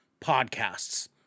podcasts